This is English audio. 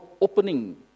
opening